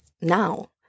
now